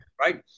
right